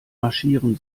marschieren